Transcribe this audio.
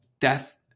Death